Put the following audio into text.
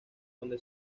donde